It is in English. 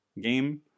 game